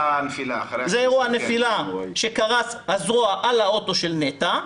הנפילה שהזרוע קרסה על האוטו של נטע.